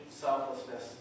selflessness